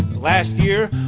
last year,